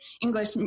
English